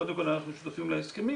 קודם כל אנחנו שותפים להסכמים.